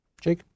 Jake